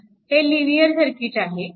हे linear circuit आहे